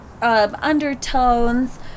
Undertones